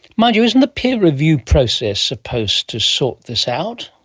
mind you, isn't the peer review process supposed to sort this out?